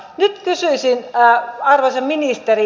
nyt kysyisin arvoisa ministeri